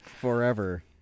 Forever